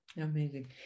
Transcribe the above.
Amazing